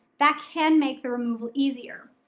that can make the removal easier.